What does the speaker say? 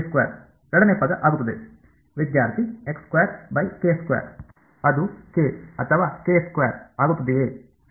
ವಿದ್ಯಾರ್ಥಿ ಅದು ಕೆ ಅಥವಾ ಆಗುತ್ತದೆಯೇ